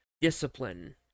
discipline